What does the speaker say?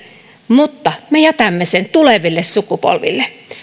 mutta me jätämme sen tuleville sukupolville